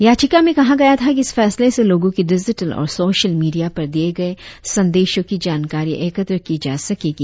याचिका में कहा गया था कि इस फैसले से लोगों की डिजिटल और सोशल मीडिया पर दिए गए संदेशों की जानकारी एकत्र की जा सकेगी